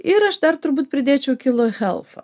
ir aš dar turbūt pridėčiau kilo helfą